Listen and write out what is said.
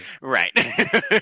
Right